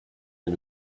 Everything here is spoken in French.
est